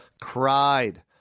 Cried